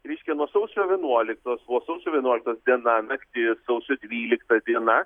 tai reiškia nuo sausio vienuoliktos nuo sausio vienuoliktos diena naktis sausio dvylikta diena